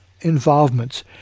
involvements